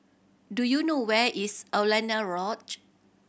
do you know where is Alaunia Lodge